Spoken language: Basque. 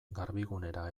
garbigunera